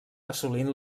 assolint